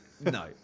no